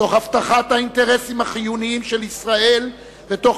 תוך הבטחת האינטרסים החיוניים של ישראל ותוך